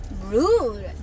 rude